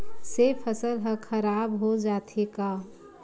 से फसल ह खराब हो जाथे का?